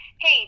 hey